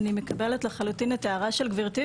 אני מקבלת לחלוטין את ההערה של גברתי,